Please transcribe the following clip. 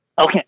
Okay